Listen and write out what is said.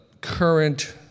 current